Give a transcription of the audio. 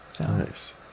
nice